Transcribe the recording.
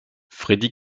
freddy